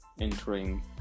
entering